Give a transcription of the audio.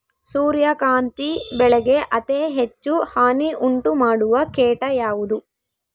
ಸೂರ್ಯಕಾಂತಿ ಬೆಳೆಗೆ ಅತೇ ಹೆಚ್ಚು ಹಾನಿ ಉಂಟು ಮಾಡುವ ಕೇಟ ಯಾವುದು?